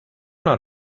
not